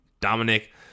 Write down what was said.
Dominic